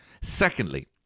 Secondly